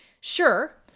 Sure